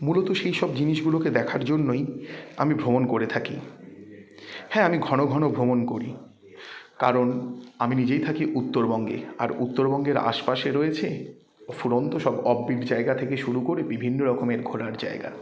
মূলত সেই সব জিনিসগুলোকে দেখার জন্যই আমি ভ্রমণ করে থাকি হ্যাঁ আমি ঘন ঘন ভ্রমণ করি কারণ আমি নিজেই থাকি উত্তরবঙ্গে আর উত্তরবঙ্গের আশপাশে রয়েছে অফুরন্ত সব অফবিট জায়গা থেকে শুরু করে বিভিন্ন রকমের ঘোরার জায়গা